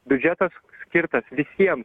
biudžetas skirtas visiem